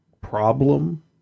problem